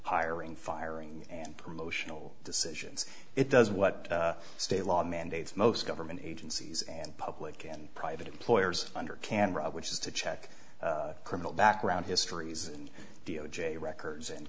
hiring firing and promotional decisions it does what state law mandates most government agencies and public and private employers under camera which is to check criminal background histories and d o j records and